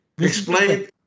Explain